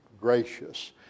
gracious